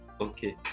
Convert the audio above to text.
okay